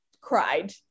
cried